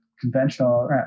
conventional